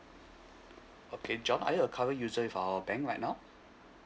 okay john are you a current user with our bank right now